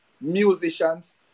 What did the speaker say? musicians